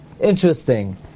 interesting